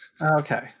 okay